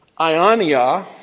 Ionia